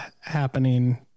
happening